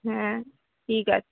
হ্যাঁ ঠিক আছে